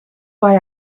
why